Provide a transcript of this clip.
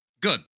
good